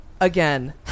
again